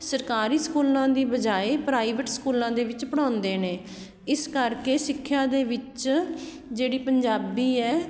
ਸਰਕਾਰੀ ਸਕੂਲਾਂ ਦੀ ਬਜਾਏ ਪ੍ਰਾਈਵੇਟ ਸਕੂਲਾਂ ਦੇ ਵਿੱਚ ਪੜ੍ਹਾਉਂਦੇ ਨੇ ਇਸ ਕਰਕੇ ਸਿੱਖਿਆ ਦੇ ਵਿੱਚ ਜਿਹੜੀ ਪੰਜਾਬੀ ਹੈ